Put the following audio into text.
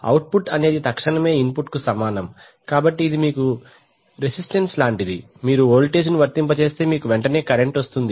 output అనేది తక్షణమే input కు సమానం కాబట్టి ఇది మీకు రెసిస్టన్స్ లాంటిది మీరు వోల్టేజ్ ను వర్తింపజేస్తే మీకు వెంటనే కరెంట్ వస్తుంది